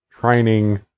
training